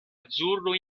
azzurro